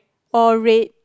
or red